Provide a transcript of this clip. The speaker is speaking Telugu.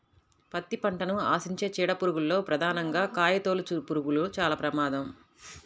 పత్తి పంటను ఆశించే చీడ పురుగుల్లో ప్రధానంగా కాయతొలుచుపురుగులు చాలా ప్రమాదం